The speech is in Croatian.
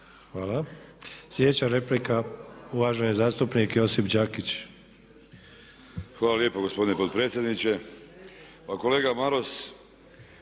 Hvala. Sljedeća replika, uvaženi zastupnik Josip Đakić. **Đakić, Josip (HDZ)** Hvala lijepo gospodine potpredsjedniče. Pa kolega Maras,